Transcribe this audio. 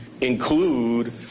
include